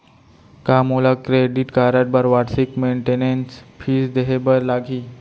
का मोला credit card बर वार्षिक मेंटेनेंस फीस देहे बर लागही?